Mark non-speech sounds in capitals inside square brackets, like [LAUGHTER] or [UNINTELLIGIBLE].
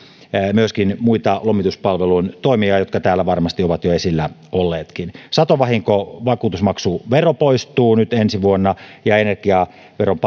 myöskin muita lomituspalvelun toimia jotka täällä varmasti ovat jo esillä olleetkin satovahinkovakuutuksen vakuutusmaksuvero poistuu nyt ensi vuonna ja energiaveron [UNINTELLIGIBLE]